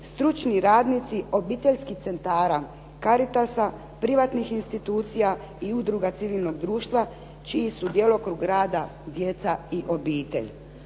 "stručni radnici obiteljskih centara, Caritasa, privatnih institucija i udruga civilnog društva čiji su djelokrug rada djeca i obitelj".